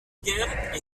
guerre